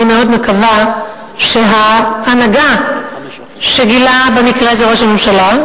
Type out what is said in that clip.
אני מאוד מקווה שההנהגה שגילה במקרה הזה ראש הממשלה,